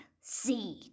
seed